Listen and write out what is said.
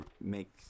make